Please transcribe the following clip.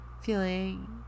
feeling